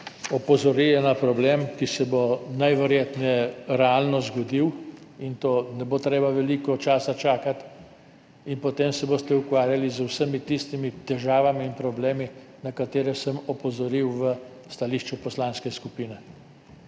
opozorili na problem, ki se bo najverjetneje realno zgodil. In na to ne bo treba veliko časa čakati in potem se boste ukvarjali z vsemi tistimi težavami in problemi, na katere sem opozoril v stališču poslanske skupine.